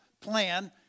plan